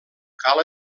cal